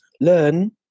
learn